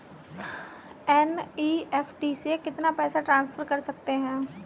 NEFT से कितना पैसा ट्रांसफर कर सकते हैं?